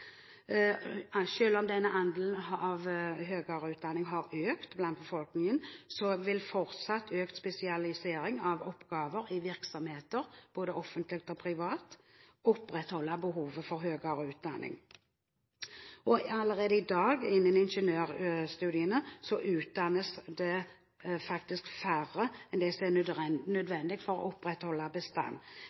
om andelen med høyere utdanning har økt i befolkningen, vil fortsatt økt spesialisering av oppgaver i virksomheter, både offentlige og private, opprettholde behovet for høyere utdanning. Allerede innen ingeniørstudiene i dag utdannes det faktisk færre enn det som er nødvendig for å opprettholde